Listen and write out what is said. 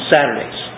Saturdays